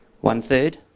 one-third